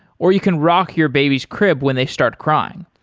or you can rock your baby's crib when they start crying.